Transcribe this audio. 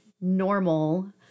normal